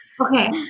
Okay